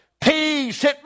Peace